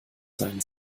sein